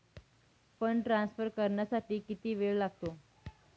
Fund transfer करण्यासाठी किती वेळ लागतो?